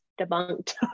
debunked